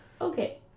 okay